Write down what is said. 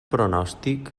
pronòstic